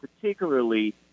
particularly